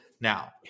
now